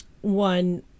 one